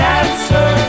answer